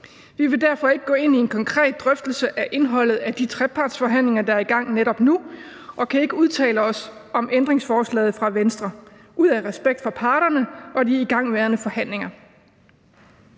Vi vil derfor ikke gå ind i en konkret drøftelse af indholdet af de trepartsforhandlinger, der er i gang netop nu, og kan ikke udtale os om ændringsforslaget fra Venstre. Det er af respekt for parterne og de igangværende forhandlinger.